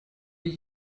did